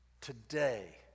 Today